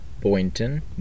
Boynton